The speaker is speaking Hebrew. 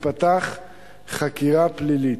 תיפתח חקירה פלילית.